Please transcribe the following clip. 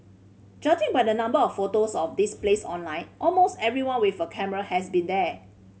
judging by the number of photos of this place online almost everyone with a camera has been here